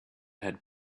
had